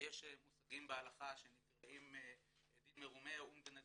ויש מושגים בהלכה שנקראים "עדים מרומי אומדנה